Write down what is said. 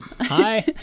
Hi